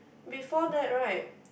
before that right